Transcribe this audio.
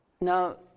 Now